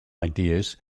ideas